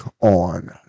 on